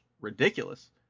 ridiculous